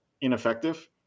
Ineffective